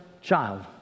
child